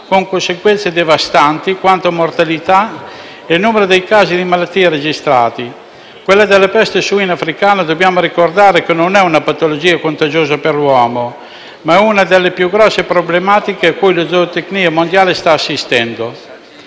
con conseguenze devastanti quanto a mortalità e il numero dei casi di malattia registrati. La peste suina africana non è una patologia contagiosa per l'uomo, ma è una delle più grosse problematiche a cui la zootecnia mondiale sta assistendo.